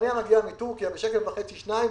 כשעגבנייה מגיעה מטורקיה ב-1.5 2 שקלים,